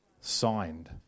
signed